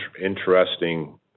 interesting